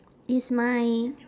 it's my